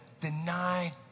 deny